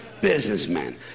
Businessmen